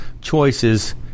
choices